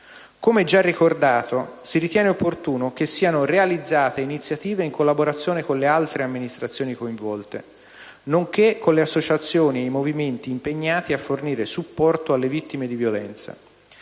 Come già ricordato, si ritiene opportuno che siano realizzate iniziative in collaborazione con le altre amministrazioni coinvolte, nonché con le associazioni e i movimenti impegnati a fornire supporto alle vittime di violenza.